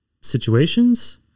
situations